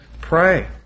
pray